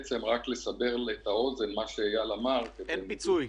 רק לסבר את האוזן מה שאייל אמר --- אין פיצוי,